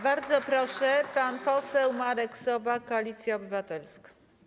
Bardzo proszę, pan poseł Marek Sowa, Koalicja Obywatelska.